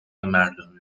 مردمی